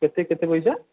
କେତେ କେତେ ପଇସା